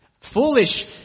Foolish